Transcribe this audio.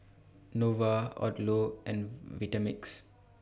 Nova Odlo and Vitamix